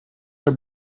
are